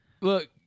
Look